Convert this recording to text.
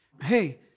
hey